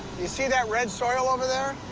you see that red soil over there?